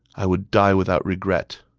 i would die without regret.